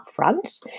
upfront